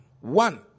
One